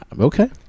Okay